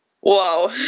Whoa